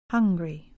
Hungry